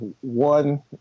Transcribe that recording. One